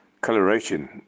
coloration